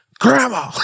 Grandma